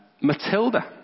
Matilda